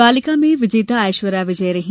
बालिका में विजेता एश्वर्या विजय रहीं